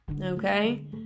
Okay